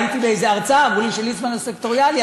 הייתי באיזושהי הרצאה ואמרו לי שליצמן הוא סקטוריאלי,